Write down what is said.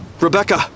Rebecca